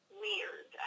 weird